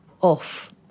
off